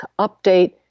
update